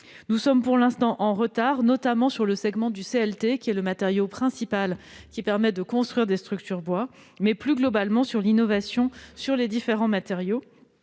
Nous sommes pour l'instant en retard, non seulement dans le segment du CLT (), matériau principal qui permet de construire des structures, mais aussi plus globalement en matière d'innovation sur les différents matériaux.